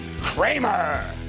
Kramer